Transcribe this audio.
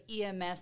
EMS